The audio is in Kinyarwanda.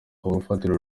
urufatiro